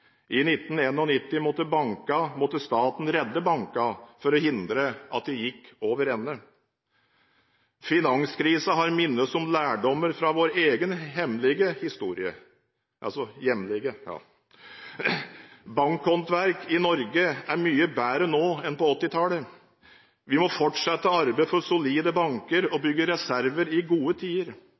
I 1991 måtte staten redde bankene for å hindre at de gikk over ende. Finanskrisen har minnet oss om lærdommer fra vår egen hjemlige historie. Bankhåndverket i Norge er mye bedre nå enn på 1980-tallet. Vi må fortsette arbeidet for solide banker og bygge reserver i gode tider.